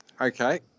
Okay